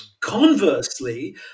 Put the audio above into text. Conversely